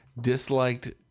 disliked